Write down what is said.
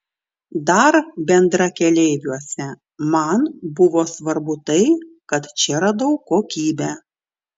dar bendrakeleiviuose man buvo svarbu tai kad čia radau kokybę